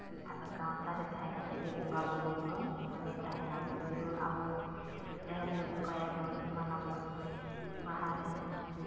ᱟᱨ ᱜᱟᱶᱛᱟ ᱨᱮ ᱛᱟᱦᱮᱸ ᱠᱟᱛᱮᱫ ᱜᱮ ᱵᱚᱸᱜᱟᱼᱵᱩᱨᱩ ᱦᱚᱸ ᱢᱟᱱᱮ ᱛᱟᱦᱮᱱᱟ ᱡᱮᱢᱚᱱ ᱟᱵᱚ ᱡᱟᱦᱮᱨ ᱨᱮ ᱵᱚᱸᱜᱟᱭᱟᱵᱚᱱ ᱮᱢᱟᱱᱟᱵᱚᱱ ᱵᱟᱦᱟ ᱨᱮ